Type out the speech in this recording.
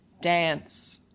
Dance